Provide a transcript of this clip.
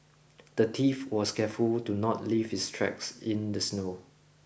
the thief was careful do not leave his tracks in the snow